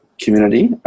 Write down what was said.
community